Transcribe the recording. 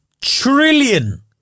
Trillion